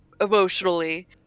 emotionally